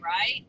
right